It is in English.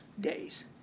days